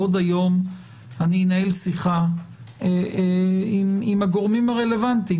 אני רוצה להציע שעוד היום אנהל שיחה עם הגורמים הרלוונטיים.